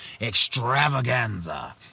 extravaganza